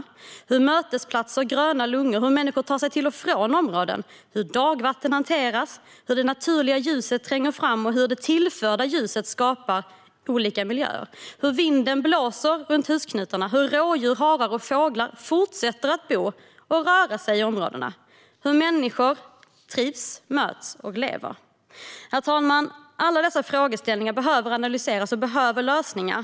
Det handlar om mötesplatser, gröna lungor och hur människor tar sig till och från dessa områden. Det handlar om hur dagvattnet hanteras. Det handlar om hur det naturliga ljuset tränger fram och hur det tillförda ljuset skapar olika miljöer. Det handlar om hur vinden blåser runt husknutarna och hur rådjur, harar och fåglar fortsätter att bo och röra sig i områdena. Det handlar om hur människor trivs, möts och lever. Herr talman! Alla dessa frågeställningar måste analyseras och behöver lösningar.